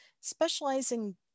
specializing